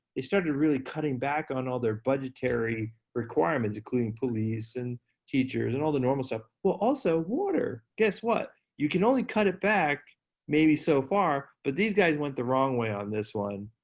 they started really cutting back on all their budgetary requirements including police, and teachers, and all the normal stuff, but also water. guess what? you can only cut it back maybe so far, but these guys went the wrong way on this one.